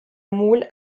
moule